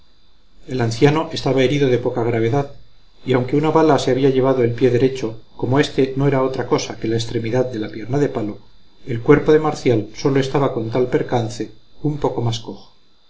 el anciano estaba herido de poca gravedad y aunque una bala le había llevado el pie derecho como este no era otra cosa que la extremidad de la pierna de palo el cuerpo de marcial sólo estaba con tal percance un poco más cojo